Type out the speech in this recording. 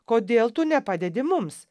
kodėl tu nepadedi mums